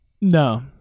No